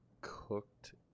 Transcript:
cooked